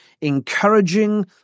encouraging